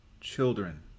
children